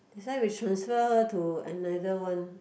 that's why we transfer her to another one